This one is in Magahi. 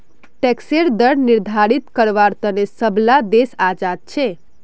टैक्सेर दर निर्धारित कारवार तने सब ला देश आज़ाद छे